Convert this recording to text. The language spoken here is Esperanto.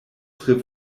tre